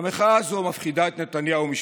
והמחאה הזאת מפחידה את נתניהו ומשפחתו.